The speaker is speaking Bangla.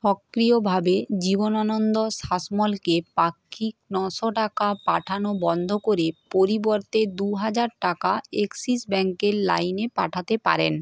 সক্রিয়ভাবে জীবনানন্দ শাসমলকে পাক্ষিক নশো টাকা পাঠানো বন্ধ করে পরিবর্তে দু হাজার টাকা অ্যাক্সিস ব্যাঙ্কের লাইনে পাঠাতে পারেন